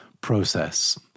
process